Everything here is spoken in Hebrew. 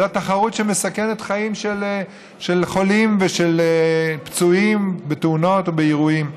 אלא תחרות שמסכנת חיים של חולים ושל פצועים בתאונות או באירועים.